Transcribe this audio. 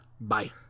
bye